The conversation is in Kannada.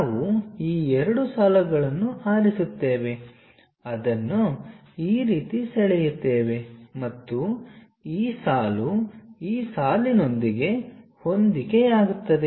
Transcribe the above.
ನಾವು ಈ ಎರಡು ಸಾಲುಗಳನ್ನು ಆರಿಸುತ್ತೇವೆ ಅದನ್ನು ಈ ರೀತಿ ಸೆಳೆಯುತ್ತೇವೆ ಮತ್ತು ಈ ಸಾಲು ಈ ಸಾಲಿನೊಂದಿಗೆ ಹೊಂದಿಕೆಯಾಗುತ್ತದೆ